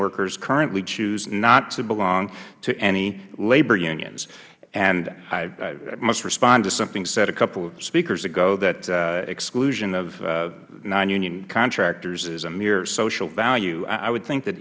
workers currently choose not to belong to any labor unions i must respond to something said a couple of speakers ago that exclusion of non union contractors is a mere social value i would think that